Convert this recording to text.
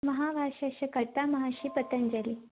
महाभाष्यस्य कर्ता महर्षिपतञ्जलिः